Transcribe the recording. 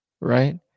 right